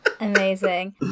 Amazing